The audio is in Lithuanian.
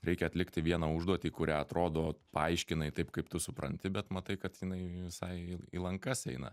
reikia atlikti vieną užduotį kurią atrodo paaiškinai taip kaip tu supranti bet matai kad jinai visai į lankas eina